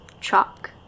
chalk